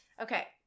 Okay